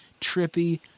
trippy